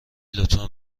لطفا